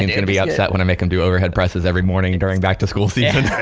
and gonna be upset when i make em do over head presses every morning during back to school season.